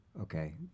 Okay